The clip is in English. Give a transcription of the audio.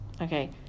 Okay